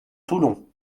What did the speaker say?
toulon